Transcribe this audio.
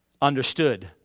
understood